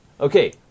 Okay